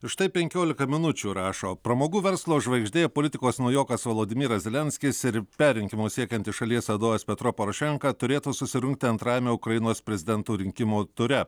ir štai penkiolika minučių rašo pramogų verslo žvaigždė politikos naujokas vladimiras zelenskis ir perrinkimo siekiantis šalies vadovas petro porošenka turėtų susirungti antrajame ukrainos prezidento rinkimų ture